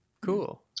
Cool